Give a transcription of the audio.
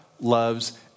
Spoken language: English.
loves